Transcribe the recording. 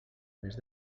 mes